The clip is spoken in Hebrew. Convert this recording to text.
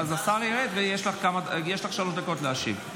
אז השר ירד, ויש לך שלוש דקות להשיב.